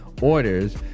orders